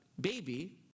baby